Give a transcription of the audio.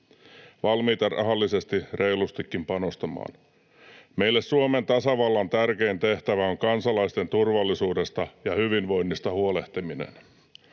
valmiita rahallisesti reilustikin panostamaan. Meille Suomen tasavallan tärkein tehtävä on kansalaisten turvallisuudesta ja hyvinvoinnista huolehtiminen.